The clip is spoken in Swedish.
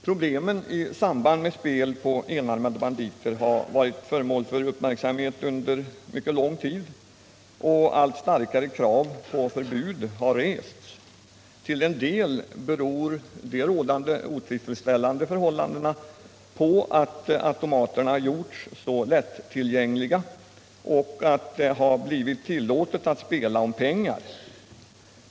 Problemen i samband med denna form av spel har varit föremål för uppmärksamhet under mycket lång tid, och allt starkare krav på förbud har rests. Till en del beror de otillfredsställande förhållanden som råder på att automaterna varit så lättillgängliga och på att det har blivit tillåtet att spela om pengar.